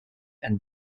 and